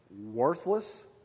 worthless